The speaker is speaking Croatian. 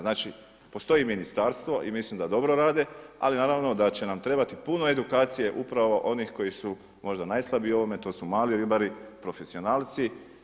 Znači postoji ministarstvo i mislim da dobro rade, ali naravno da će nam trebati puno edukacije upravo onih koji su možda najslabiji u ovome, to su mali ribari profesionalci.